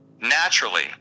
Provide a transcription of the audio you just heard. naturally